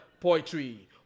poetry